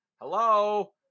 Hello